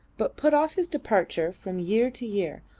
but put off his departure from year to year,